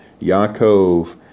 Yaakov